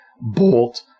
bolt